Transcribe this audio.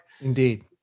Indeed